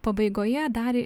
pabaigoje dar